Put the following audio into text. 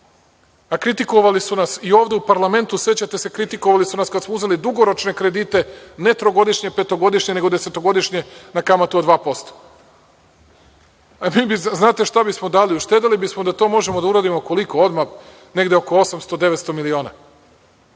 A kritikovali su nas, i ovde u parlamentu, sećate se, kritikovali su nas kada smo uzeli dugoročne kredite, ne trogodišnje, petogodišnje, nego desetogodišnje na kamatu od 2%. Znate šta bismo dali? Uštedeli bismo da to možemo da uradimo ukoliko odmah, negde oko 800, 900 miliona,